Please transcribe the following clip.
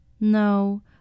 No